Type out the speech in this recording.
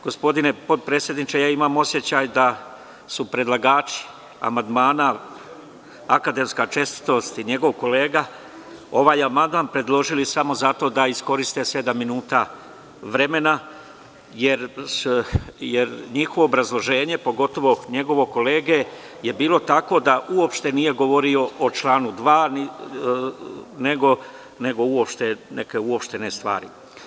Gospodine potpredsedniče, imam osećaj da su predlagači amandmana, akademska čestitost i njegov kolega, ovaj amandman predložili samo zato da iskoristesedam minuta vremena, jer njihovo obrazloženje, pogotovo njegovog kolege, je bilo takvo da uopšte nije govorio o članu 2, nego neke uopštene stvari.